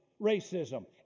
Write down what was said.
racism